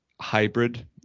hybrid